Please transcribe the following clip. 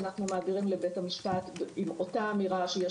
שאנחנו מעבירים לבית המשפט עם אותה אמירה שיש